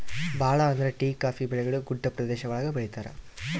ಭಾಳ ಅಂದ್ರೆ tea coffee ಬೆಳೆಗಳು ಗುಡ್ಡ ಪ್ರದೇಶ ಒಳಗ ಬೆಳಿತರೆ